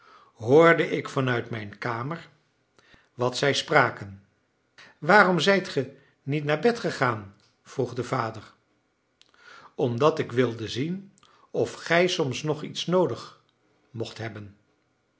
hoorde ik vanuit mijn kamer wat zij spraken waarom zijt ge niet naar bed gegaan vroeg de vader omdat ik wilde zien of gij soms nog iets noodig mocht hebben